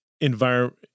environment